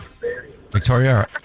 Victoria